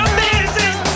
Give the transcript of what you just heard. Amazing